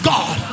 God